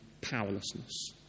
powerlessness